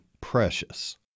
precious